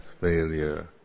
failure